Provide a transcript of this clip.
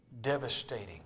devastating